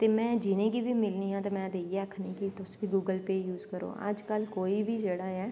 ते मैं जिनें गी बी मिलनी ऐं ते में ते इयै आक्खनी ऐ कि तुस बी गुगल पे यूस करो अज कल कोई बी जेह्ड़ा ऐ